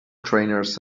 trainers